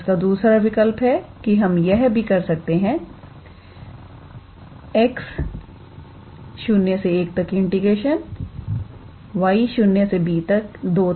तोइसका दूसरा विकल्प है कि हम यह भी कर सकते हैंx01 y02𝑥 2 2𝑥𝑑𝑥𝑑𝑦